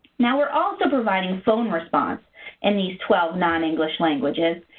now, we're also providing phone response in these twelve non-english languages.